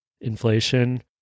inflation